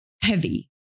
heavy